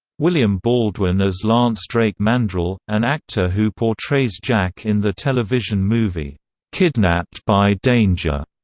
william baldwin as lance drake mandrell, an actor who portrays jack in the television movie kidnapped by danger.